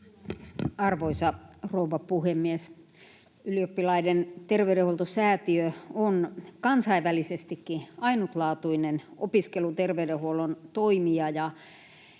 Arvoisa rouva puhemies! Ylioppilaiden terveydenhoitosäätiö on kansainvälisestikin ainutlaatuinen opiskeluterveydenhuollon toimija.